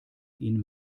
ihn